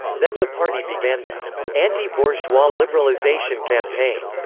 then the party began the anti-bourgeois liberalization campaign,